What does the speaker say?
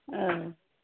ओ